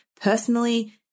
personally